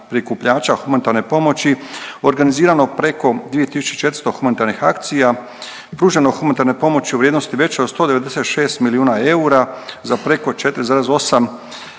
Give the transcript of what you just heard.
prikupljača humanitarne pomoći, organiziranog preko 2400 humanitarnih akcija, pružene humanitarne pomoći u vrijednosti većoj od 196 milijuna eura za preko 4,8 milijuna